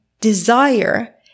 desire